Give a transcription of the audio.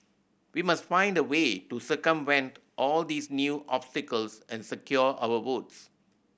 we must find a way to circumvent all these new obstacles and secure our votes